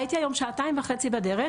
הייתי היום שעתיים וחצי בדרך,